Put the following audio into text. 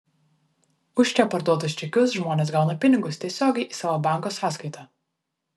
už čia parduotus čekius žmonės gauna pinigus tiesiogiai į savo banko sąskaitą